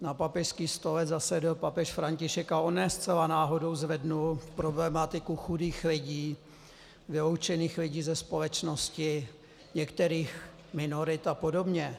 Na papežský stolec zasedl papež František a on ne zcela náhodou zvedl problematiku chudých lidí, lidí vyloučených ze společnosti, některých minorit apod.